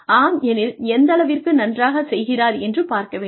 ஆம் எனில் எந்தளவிற்கு நன்றாகச் செய்கிறார் என்று பார்க்க வேண்டும்